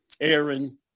Aaron